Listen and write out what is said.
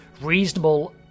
reasonable